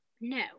No